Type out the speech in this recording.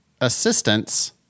assistance